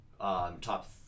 top